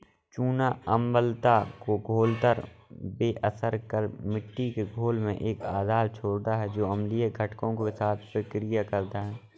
चूना अम्लता को घोलकर बेअसर कर मिट्टी के घोल में एक आधार छोड़ता है जो अम्लीय घटकों के साथ प्रतिक्रिया करता है